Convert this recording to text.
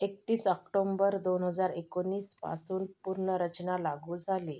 एकतीस ऑक्टोंबर दोन हजार एकोणीसपासून पूर्ण रचना लागू झाली